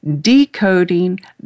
decoding